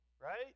right